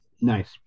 Nice